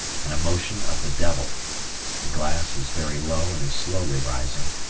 and a motion of the devil the glass is very low and is slowly rising,